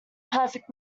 perfect